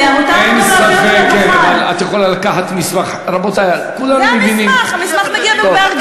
הכבוד, רבותי, רבותי, אני רוצה שזה,